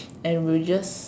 and will just